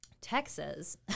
Texas